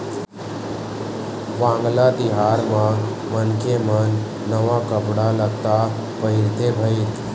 वांगला तिहार म मनखे मन नवा कपड़ा लत्ता पहिरथे भईर